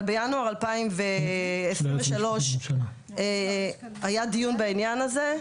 אבל בינואר 2023 היה דיון בעניין הזה.